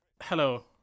Hello